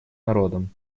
народом